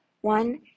One